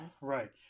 Right